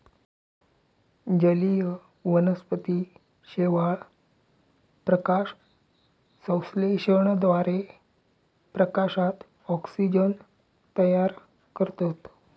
जलीय वनस्पती शेवाळ, प्रकाशसंश्लेषणाद्वारे प्रकाशात ऑक्सिजन तयार करतत